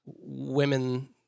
women